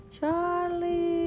Charlie